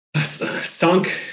sunk